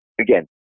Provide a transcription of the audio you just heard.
again